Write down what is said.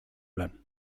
lan